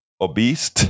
obese